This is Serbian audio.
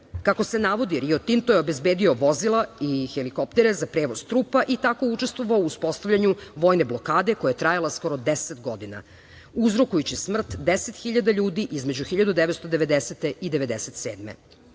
Kako se navodi, Rio Tinto je obezbedio vozila i helikoptere za prevoz trupa i tako učestvovao u uspostavljanju vojne blokade koja je trajala skoro 10 godina uzrokujući smrt 10 hiljada ljudi između 1990. godine